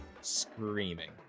screaming